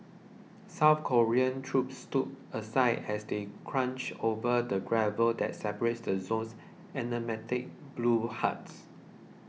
South Korean troops stood aside as they crunched over the gravel that separates the zone's emblematic blue huts